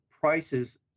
prices